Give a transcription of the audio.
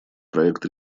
проект